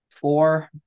Four